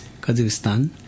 Kazakhstan